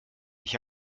ich